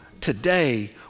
Today